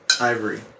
Ivory